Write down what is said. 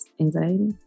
anxiety